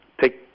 take